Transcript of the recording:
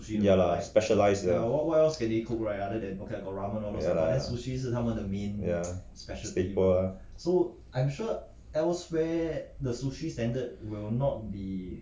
ya lah specialise 了 ya ya staple